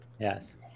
Yes